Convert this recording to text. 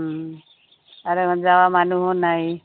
আৰু ইমান যোৱা মানুহো নাই